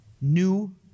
New